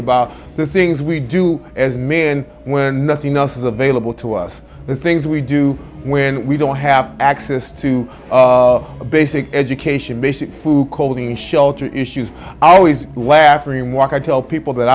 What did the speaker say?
about the things we do as men when nothing else is available to us the things we do when we don't have access to basic education basic food clothing shelter issues i always laugh remark i tell people that